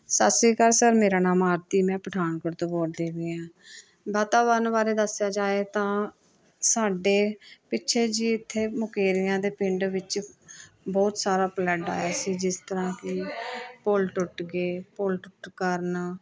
ਸਤਿ ਸ਼੍ਰੀ ਅਕਾਲ ਸਰ ਮੇਰਾ ਨਾਮ ਆਰਤੀ ਮੈਂ ਪਠਾਨਕੋਟ ਤੋਂ ਬੋਲਦੀ ਪਈ ਹਾਂ ਵਾਤਾਵਰਨ ਬਾਰੇ ਦੱਸਿਆ ਜਾਵੇ ਤਾਂ ਸਾਡੇ ਪਿੱਛੇ ਜਿਹੇ ਇੱਥੇ ਮੁਕੇਰੀਆਂ ਦੇ ਪਿੰਡ ਵਿੱਚ ਬਹੁਤ ਸਾਰਾ ਪਲੱਡ ਆਇਆ ਸੀ ਜਿਸ ਤਰ੍ਹਾਂ ਕਿ ਪੁੱਲ ਟੁੱਟ ਗਏ ਪੁੱਲ ਟੁੱਟਣ ਕਾਰਣ